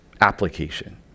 application